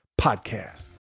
Podcast